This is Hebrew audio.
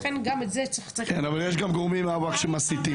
גם את זה צריך --- יש גם גורמים מהווקף שמסיתים.